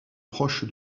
proche